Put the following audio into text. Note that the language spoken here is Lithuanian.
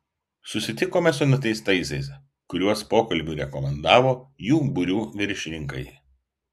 susitikome su nuteistaisiais kuriuos pokalbiui rekomendavo jų būrių viršininkai